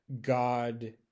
god